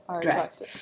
dressed